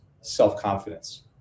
self-confidence